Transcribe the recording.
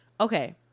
okay